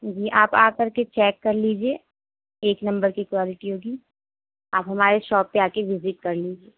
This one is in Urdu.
جی آپ آ کر کے چیک کر لیجیے ایک نمبر کی کوالٹی ہوگی آپ ہمارے شاپ پہ آ کے وزٹ کر لیجیے